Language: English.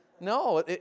No